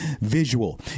visual